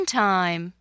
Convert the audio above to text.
time